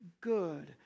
good